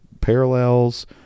parallels